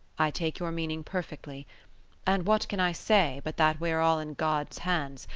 i take your meaning perfectly and what can i say, but that we are all in god's hands,